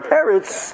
Parrots